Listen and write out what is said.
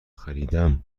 خریدم